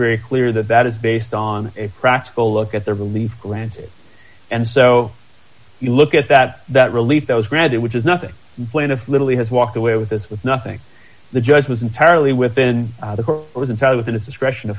very clear that that is based on a practical look at the release granted and so you look at that that relief that was granted which is nothing plaintiff literally has walked away with this with nothing the judge was entirely within within its discretion to